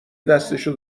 دستشو